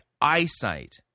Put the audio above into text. eyesight